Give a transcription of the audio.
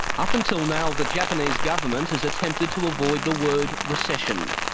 up until now the japanese government has attempted to avoid the word recession.